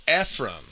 Ephraim